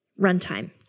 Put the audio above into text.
runtime